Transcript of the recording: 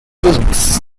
films